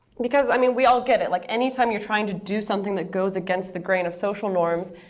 because i mean we all get it. like any time you're trying to do something that goes against the grain of social norms,